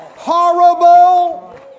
horrible